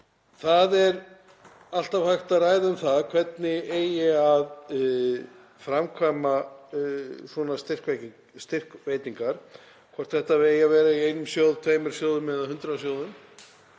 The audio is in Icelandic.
Það er alltaf hægt að ræða um það hvernig eigi að framkvæma svona styrkveitingar, hvort þetta eigi að vera í einum sjóði, tveimur sjóðum eða hundrað sjóðum.